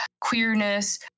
queerness